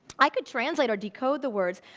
i could translate or decode the words,